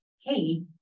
hey